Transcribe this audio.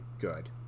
good